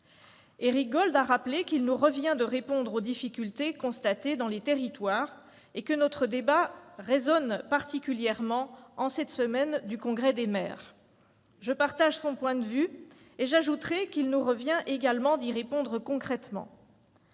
Éric Gold a rappelé qu'il nous revenait de répondre aux difficultés constatées dans les territoires et que notre débat résonnait particulièrement en cette semaine de Congrès des maires. Je partage son point de vue et j'ajoute qu'il nous appartient également de répondre concrètement